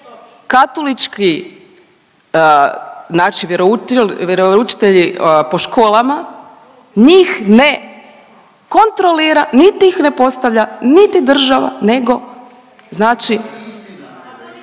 …katolički znači vjeroučitelji po školama, njih ne kontrolira, niti ih ne postavlja, niti država nego znači…